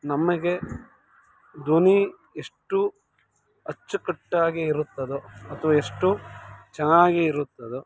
ನಮಗೆ ಧ್ವನಿ ಎಷ್ಟು ಅಚ್ಚುಕಟ್ಟಾಗಿ ಇರುತ್ತದೋ ಅಥವಾ ಎಷ್ಟು ಚೆನ್ನಾಗಿ ಇರುತ್ತದೋ